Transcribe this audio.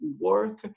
work